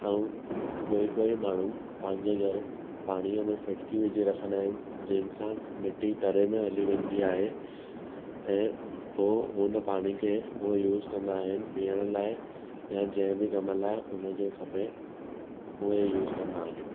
ऐं कोई कोई माण्हू पंहिंजे घर पाणीअ में फिटकी विझी रखंदा आहिनि जंहिंसा मिटी तरे में हली वेंदी आहे ऐं पोइ हुन पाणी खे हूअ यूज़ कंदा आहिनि पीअण लाइ या जंहिं बि कम लाइ हुन खे खपे उहे यूज़ कंदा आहिनि